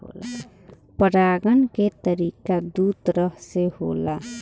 परागण के तरिका दू तरह से होला